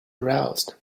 aroused